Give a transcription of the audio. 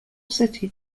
city